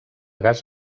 gas